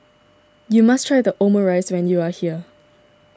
you must try Omurice when you are here